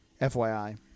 FYI